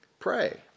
Pray